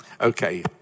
okay